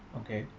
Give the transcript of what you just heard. okay